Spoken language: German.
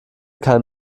kein